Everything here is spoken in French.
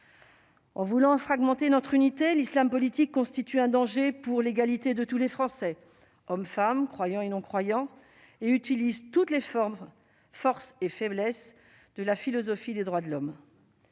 En voulant fragmenter notre unité, l'islam politique constitue un danger pour l'égalité de tous les Français- hommes, femmes, croyants et non-croyants -et utilise toutes les forces et faiblesses de la philosophie des droits de l'homme.